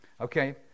okay